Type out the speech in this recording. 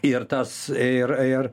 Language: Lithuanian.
ir tas ir ir